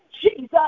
Jesus